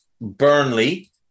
Burnley